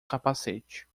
capacete